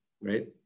Right